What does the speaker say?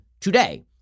today